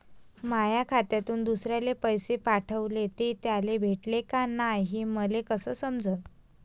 माया खात्यातून दुसऱ्याले पैसे पाठवले, ते त्याले भेटले का नाय हे मले कस समजन?